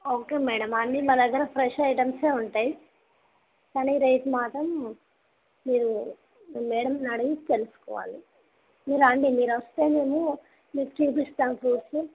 okay madam అన్నీ మా దగ్గర ఫ్రెష్ ఐటెమ్సే ఉంటాయి కానీ రేట్ మాత్రం మీరు మ్యాడమ్ని అడిగి తెలుసుకోవాలి మీరు రండి మీరు వస్తే మేము మీకు చూపిస్తాం ఫ్రూట్స్